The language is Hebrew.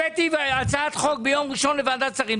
הבאתי ביום ראשון הצעת חוק לוועדת שרים,